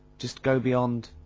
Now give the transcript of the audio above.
just go beyond.